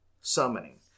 summoning